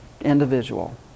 individual